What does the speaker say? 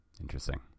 Interesting